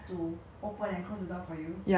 like h~ I think that's their job I think